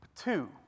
Two